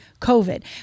covid